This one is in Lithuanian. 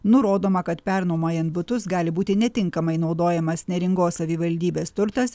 nurodoma kad pernuomojant butus gali būti netinkamai naudojamas neringos savivaldybės turtas